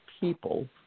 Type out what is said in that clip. people